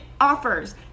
offers